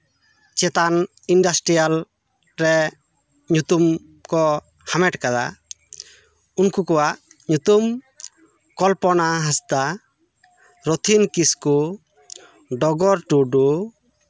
ᱪᱮᱛᱟᱱ ᱤᱱᱰᱟᱥᱴᱨᱤᱭᱟᱞ ᱨᱮ ᱧᱩᱛᱩᱢ ᱠᱚ ᱦᱟᱢᱮᱴ ᱠᱟᱫᱟ ᱩᱱᱠᱩ ᱠᱚᱣᱟᱜ ᱧᱩᱛᱩᱢ ᱠᱚᱞᱯᱚᱱᱟ ᱦᱟᱸᱥᱫᱟ ᱨᱩᱛᱷᱤᱱ ᱠᱤᱥᱠᱩ ᱰᱚᱜᱚᱨ ᱴᱩᱰᱩ